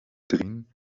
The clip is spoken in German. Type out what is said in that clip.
drin